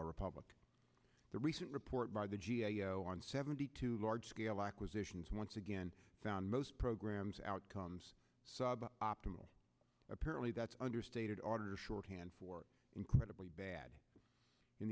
our republic the recent report by the g a o on seventy two large scale acquisitions once again found most programs outcomes optimal apparently that's understated auditor shorthand for incredibly bad in